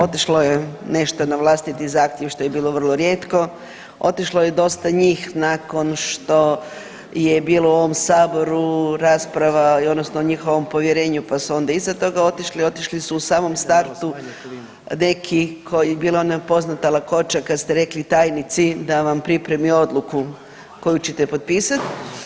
Otišlo je nešto na vlastiti zahtjev što je bilo vrlo rijetko, otišlo je dosta njih nakon što je bilo u ovom saboru rasprava odnosno o njihovom povjerenju pa su onda iza toga otišli, otišli u samom startu neki koji bila je ona poznata lakoća kad ste rekli tajnici da vam pripremi odluku koju ćete potpisat.